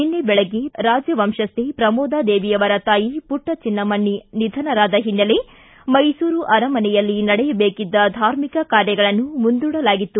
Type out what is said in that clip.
ನಿನ್ನೆ ಬೆಳಗ್ಗೆ ರಾಜವಂಶಸ್ಥೆ ಪ್ರಮೋದಾದೇವಿ ಅವರ ತಾಯಿ ಪುಟ್ಟಚಿನ್ನಮ್ಮಣ್ಣಿ ನಿಧನರಾದ ಹಿನ್ನೆಲೆ ಮೈಸೂರು ಅರಮನೆಯಲ್ಲಿ ನಡೆಯಬೇಕಿದ್ದ ಧಾರ್ಮಿಕ ಕಾರ್ಯಗಳನ್ನು ಮುಂದೂಡಲಾಗಿತ್ತು